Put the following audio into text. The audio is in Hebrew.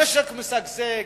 המשק משגשג.